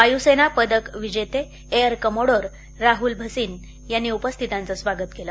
वायुसेना पदक विजेते एवर कमोडोर राहुल भसिन यांनी उपस्थितांचं स्वागत केलं